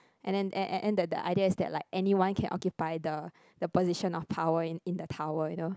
and then and and and the the idea is that like anyone can occupy the the position of power in in the tower you know